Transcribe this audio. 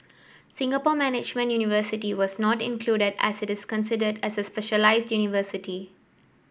Singapore Management University was not included as it is considered as a specialised university